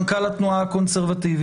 מנכ"ל התנועה הקונסרבטיבית,